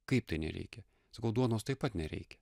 kaip tai nereikia sakau duonos taip pat nereikia